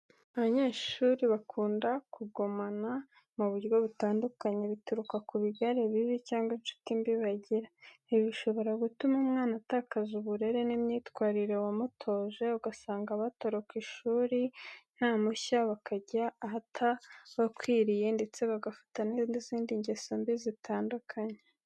Abanyeshuri, bakunda kugomana mu buryo butandukanye, bituruka ku bigare bibi cyangwa inshuti mbi bagira. Ibi bishobora gutuma umwana atakaza uburere n’imyitwarire wamutoje, ugasanga batoroka ishuri nta mpushya bakajya ahatabakwiriye, ndetse bagafata n’izindi ngeso mbi zitandukanye.